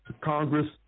Congress